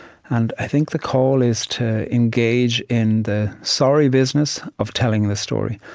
and i think the call is to engage in the sorry business of telling the story.